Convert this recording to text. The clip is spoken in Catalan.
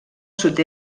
sud